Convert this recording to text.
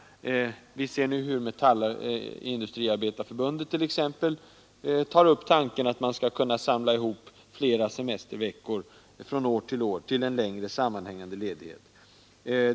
Nu har t.ex. Metallindustriarbetareförbundet tagit upp tanken att man skall kunna samla ihop semesterveckor från år till år till en längre sammanhängande ledighet.